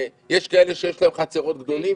יש כאלה שיש להם חצרות גדולות,